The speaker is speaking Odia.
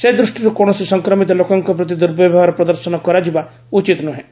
ସେ ଦୃଷ୍ଟିରୁ କୌଣସି ସଂକ୍ରମିତ ଲୋକଙ୍କ ପ୍ରତି ଦୁର୍ବ୍ୟବହାର ପ୍ରଦର୍ଶନ କରାଯିବା ଉଚିତ୍ ନୁହେଁ